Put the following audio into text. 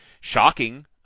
shocking